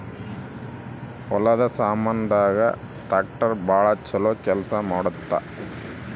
ಹೊಲದ ಸಾಮಾನ್ ದಾಗ ಟ್ರಾಕ್ಟರ್ ಬಾಳ ಚೊಲೊ ಕೇಲ್ಸ ಮಾಡುತ್ತ